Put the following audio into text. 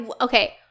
Okay